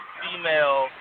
female